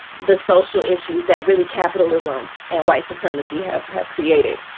the social issues that really capitalism and white supremacy have have created.